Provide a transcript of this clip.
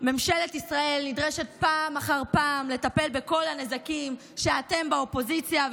ממשלת ישראל נדרשת פעם אחר פעם לטפל בכל הנזקים שאתם באופוזיציה,